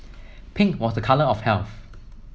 pink was a colour of health